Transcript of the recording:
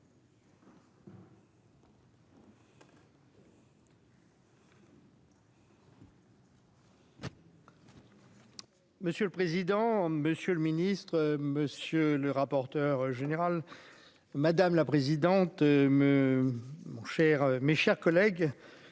Monsieur le président, monsieur le ministre, monsieur le rapporteur général, madame la présidente, mon cher, mes chers collègues,